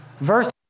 Verse